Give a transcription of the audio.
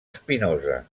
spinoza